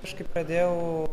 aš kai pradėjau